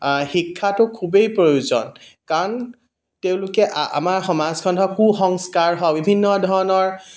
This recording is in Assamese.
শিক্ষাটো খুবেই প্ৰয়োজন কাৰণ তেওঁলোকে আ আমাৰ সমাজখনক কু সংস্কাৰ হওক বা বিভিন্ন ধৰণৰ